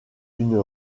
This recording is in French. une